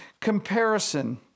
Comparison